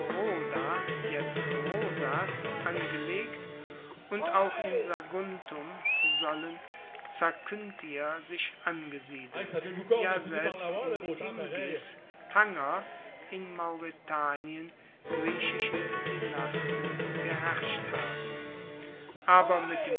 angelegt und auch in saguntum sollen zakynthier sich angesiedelt ja selbst in tingis tanger in mauretanien griechische dynasten geherrscht haben aber mit dem